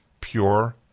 pure